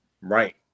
right